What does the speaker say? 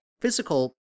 physical